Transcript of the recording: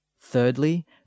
Thirdly